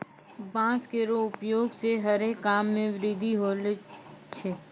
बांस केरो उपयोग सें हरे काम मे वृद्धि होलो छै